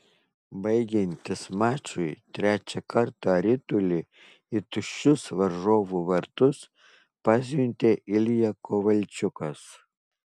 baigiantis mačui trečią kartą ritulį į tuščius varžovų vartus pasiuntė ilja kovalčiukas